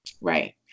Right